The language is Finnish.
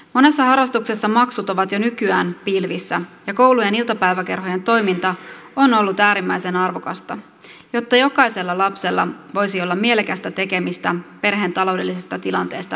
monessa harrastuksessa maksut ovat jo nykyään pilvissä ja koulujen iltapäiväkerhojen toiminta on ollut äärimmäisen arvokasta jotta jokaisella lapsella voisi olla mielekästä tekemistä perheen taloudellisesta tilanteesta riippumatta